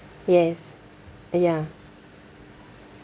yes ah ya